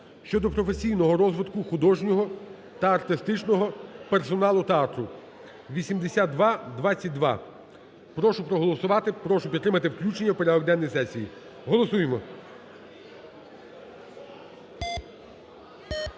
щодо професійного розвитку художнього та артистичного персоналу театру (8222). Прошу проголосувати. Прошу підтримати включення в порядок денний сесії. Голосуємо!